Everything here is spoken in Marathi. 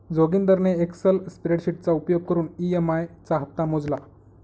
जोगिंदरने एक्सल स्प्रेडशीटचा उपयोग करून ई.एम.आई चा हप्ता मोजला